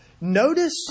Notice